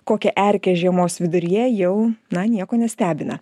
kokią erkę žiemos viduryje jau na nieko nestebina